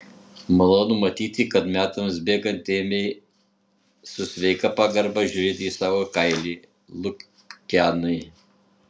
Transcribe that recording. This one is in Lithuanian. malonu matyti kad metams bėgant ėmei su sveika pagarba žiūrėti į savo kailį lukianai